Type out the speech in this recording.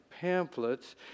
pamphlets